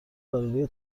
گالری